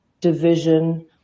division